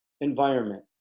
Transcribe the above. environment